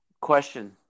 question